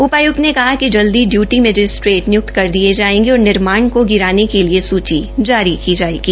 उपायुक्त ने कहा कि जल्द डयूटी मैजिस्ट्रेट निय्क्त कर दिये जायेंगे और निर्माण को गिराने के लिए सूची जारी की जायेगी